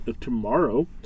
tomorrow